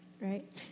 right